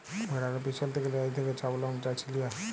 ভেড়ার পিছল থ্যাকে লেজ থ্যাকে ছব লম চাঁছে লিয়া